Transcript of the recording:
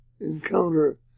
encounter